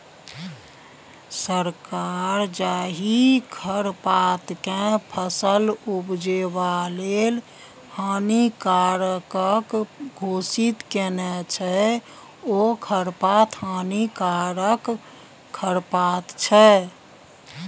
सरकार जाहि खरपातकेँ फसल उपजेबा लेल हानिकारक घोषित केने छै ओ खरपात हानिकारक खरपात छै